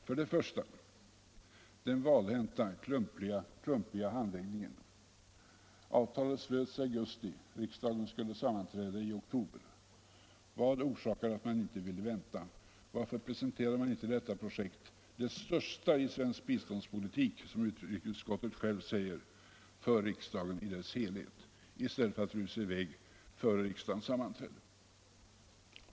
För det första på grund av den valhänta och klumpiga handläggningen. Avtalet slöts i augusti. Riksdagen skulle sammanträda i oktober. Vad orsakade att man inte ville vänta till dess? Varför presenterade man inte detta projekt — det största i svensk biståndspolitik, som utrikesutskottet självt säger — för riksdagen i dess helhet i stället för att rusa i väg innan riksdagen sammanträdde?